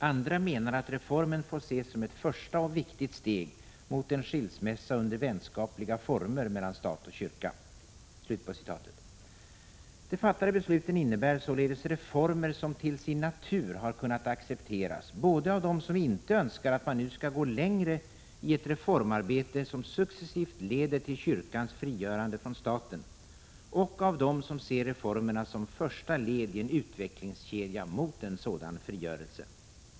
Andra menar att reformen får ses som ett första och viktigt steg mot en skilsmässa under vänskapliga former mellan stat och kyrka.” De fattade besluten innebär således reformer som till sin natur har kunnat accepteras både av dem som inte önskar att man nu skall gå längre i ett reformarbete som successivt leder till kyrkans frigörande från staten och av dem som ser reformerna som första led i en utvecklingskedja mot en sådan frigörelse.